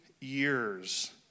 years